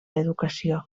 educació